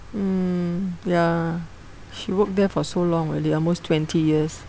mm ya she worked there for so long already almost twenty years